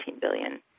billion